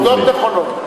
העובדות נכונות.